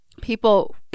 people